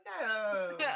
no